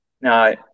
Now